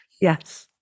Yes